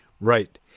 Right